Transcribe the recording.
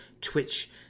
Twitch